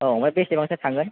औ आमफ्राय बेसेबांसो थांगोन